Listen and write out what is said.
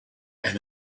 and